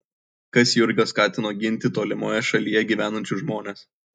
kas jurgą skatino ginti tolimoje šalyje gyvenančius žmones